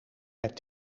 met